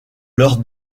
leurs